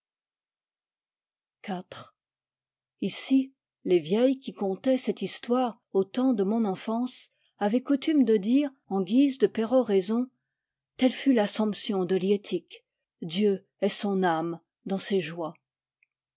iv ici les vieilles qui contaient cette histoire au temps de mon enfance avaient coutume de dire en guise de péroraison telle fut l assomption de liettik dieu ait son âme dans ses joies